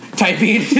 typing